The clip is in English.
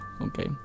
okay